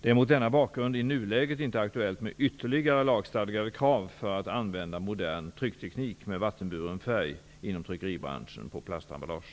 Det är mot denna bakgrund i nuläget inte aktuellt med ytterligare lagstadgade krav på att inom tryckeribranschen använda modern tryckteknik med vattenburen färg på plastemballage.